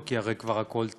כי הרי כבר הכול טוב,